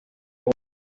una